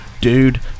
Dude